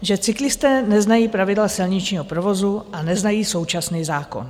Že cyklisté neznají pravidla silničního provozu a neznají současný zákon.